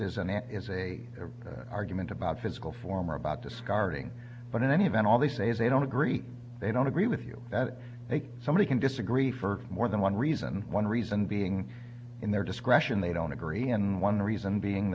an ad is a argument about physical form or about discarding but in any event all they say is they don't agree they don't agree with you that make somebody can disagree for more than one reason one reason being in their discretion they don't agree and one reason being